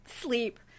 Sleep